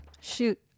shoot